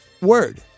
word